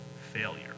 failure